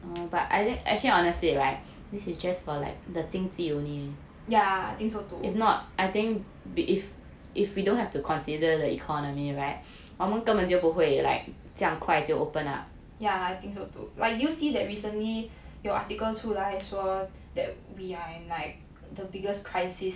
ya I think so too yeah I think so too like you see that recently 有 articles 出来说 that we are in like the biggest crisis